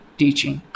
teaching